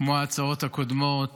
כמו ההצעות הקודמות